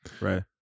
right